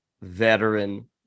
veteran